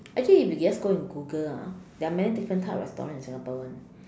actually if you just go and Google ah there are many different types of restaurant in Singapore [one]